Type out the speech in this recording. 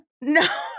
no